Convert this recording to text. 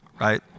right